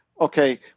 Okay